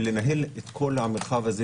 ולנהל את כל המרחב הזה